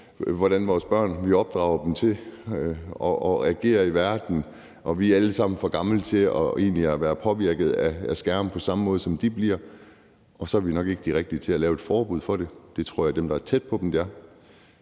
hvordan vi opdrager vores børn til at agere i verden, og vi er alle sammen for gamle til egentlig at være påvirket af skærme på samme måde, som de bliver, og så er vi nok ikke de rigtige til at lave et forbud mod det. Det tror jeg at det er dem der er tæt på dem der er.